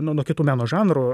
nuo nuo kitų meno žanrų